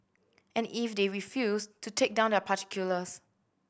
and if they refuse to take down their particulars